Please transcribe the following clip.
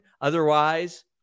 Otherwise